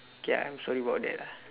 K I'm sorry about that lah